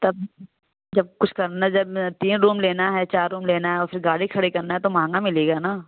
तब जब कुछ करने जब में तीन रूम लेना है चार रूम लेना है और फिर गाड़ी खड़ी करना है तो महंगा मिलेगा ना